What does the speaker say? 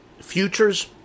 futures